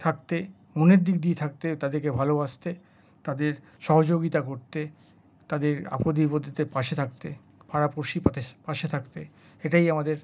থাকতে মনের দিক দিয়ে থাকতে তাদেরকে ভালোবাসতে তাদের সহযোগিতা করতে তাদের আপদে বিপদেতে পাশে থাকতে পাড়াপড়শিদের পাশে থাকতে এটাই আমাদের